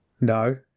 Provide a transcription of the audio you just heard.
No